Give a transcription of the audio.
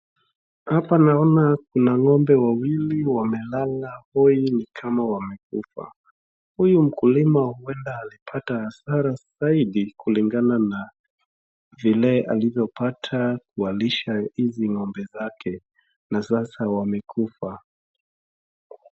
Hapa naona kuna ng'ombe wawili wamelala hoi ni kama wamekufa. Huyu mkulima huenda alipata hasara zaidi kulingana na vile alivyopata kuwalisha hawa ng'ombe wake na sasa wamekufa.